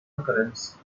occurrence